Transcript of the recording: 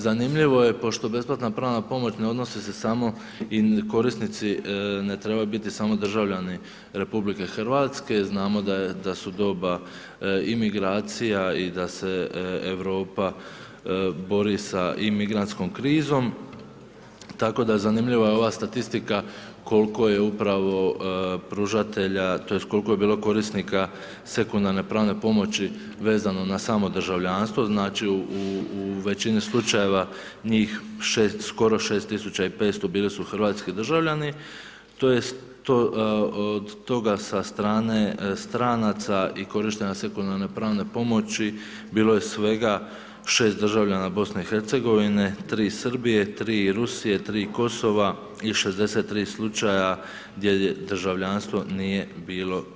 Zanimljivo je pošto besplatna pravna pomoć ne odnosi se samo i korisnici ne trebaju biti samo državljani RH, znamo da su doba i migracija i da se Europa bori sa i migrantskom krizom tako da zanimljiva je ova statistika koliko je upravo pružatelja, tj. koliko je bilo korisnika sekundarne pravne pomoći vezano na samo državljanstvo, znači u većini slučajeva njih skoro 6500 bili su hrvatski državljani, od toga sa strane stranaca i korištenja sekundarne pravne pomoći bilo je svega 6 državljana BiH-a, 3 Srbije, 3 Rusije, 3 Kosova i 63 slučaja gdje državljanstvo nije bilo